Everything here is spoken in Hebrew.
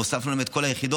והוספנו להם את כל היחידות.